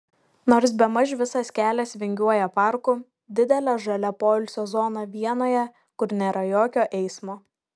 nors bemaž visas kelias vingiuoja parku didele žalia poilsio zona vienoje kur nėra jokio eismo